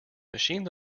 machine